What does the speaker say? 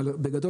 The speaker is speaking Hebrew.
בגדול,